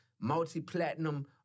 multi-platinum